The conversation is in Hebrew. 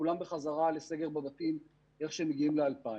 כולם בחזרה לסגר בבתים מיד כשמגיעים ל-2,000,